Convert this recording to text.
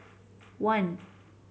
one